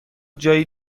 جایی